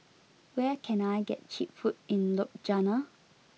where can I get cheap food in Ljubljana